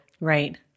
Right